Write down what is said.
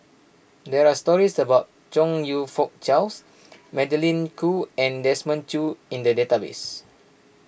there are stories about Chong You Fook Charles Magdalene Khoo and Desmond Choo in the database